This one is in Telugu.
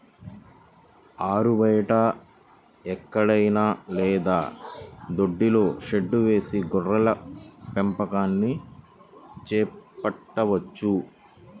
ఆరుబయట ఎక్కడైనా లేదా దొడ్డిలో షెడ్డు వేసి గొర్రెల పెంపకాన్ని చేపట్టవచ్చు